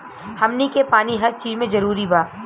हमनी के पानी हर चिज मे जरूरी बा